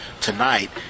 tonight